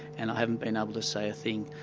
and i haven't been able to say a thing.